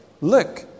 Look